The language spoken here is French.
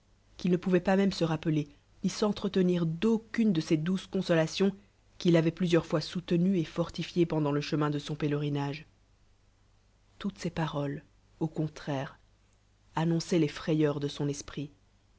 qu'il ne pouvoit pàs même sè rappeler ni s'entretenir d'aucune de ces douces consolations qui l'ayaient plesiears foissoulenu etfortifré pendant le chemin dé son mlerinage toutes ses pareles au contraire annonçoient les frayenrs de son esprit